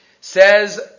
Says